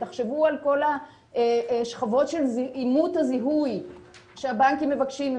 תחשבו על כל השכבות של אימות הזיהוי שהבנקים מבקשים.